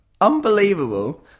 unbelievable